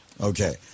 Okay